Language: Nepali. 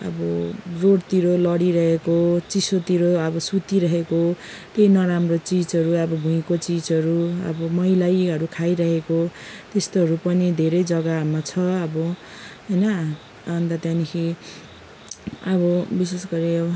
अब रोडतिर लडिरहेको चिसोतिर अब सुतिरहेको केही नराम्रो चिजहरू अब भुँइको चिजहरू अब मैलैहरू खाइरहेको त्यस्तोहरू पनि धेरै जग्गामा छ अब होइन अन्त त्यहाँदेखि अब विशेष गरी